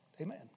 Amen